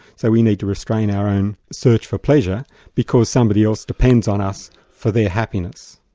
so we need to restrain our own search for pleasure because somebody else depends on us for their happiness.